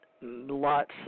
lots